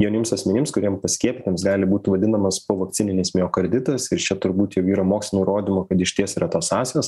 jaunims asmenims kuriem paskiepytiems gali būtų vadinamas povakcininis miokarditas ir čia turbūt jau yra mokslinio įrodymo kad išties yra tos sąsajos